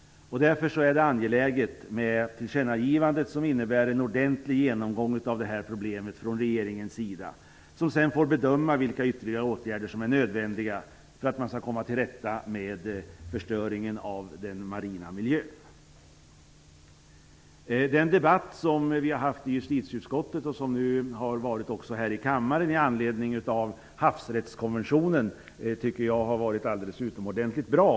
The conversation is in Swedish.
Därför är det angeläget med tillkännagivandet, som innebär en ordentlig genomgång av problemet från regeringens sida. Regeringen får sedan bedöma vilka ytterligare åtgärder som är nödvändiga för att man skall komma till rätta med förstöringen av den marina miljön. Den debatt som vi har haft i justitieutskottet och som nu har förts också här i kammaren med anledning av havsrättskonventionen tycker jag har varit alldeles utomordentligt bra.